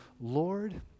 Lord